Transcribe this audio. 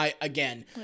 again